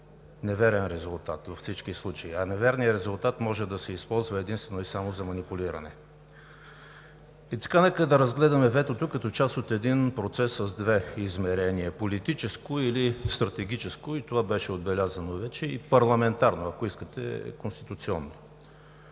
Неверен резултат във всички случаи, а неверният резултат може да се използва единствено и само за манипулиране. И така, нека да разгледаме ветото като част от един процес с две измерения – политическо или стратегическо, и това беше отбелязано вече, и парламентарно, ако искате, конституционно.